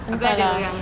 abeh ada yang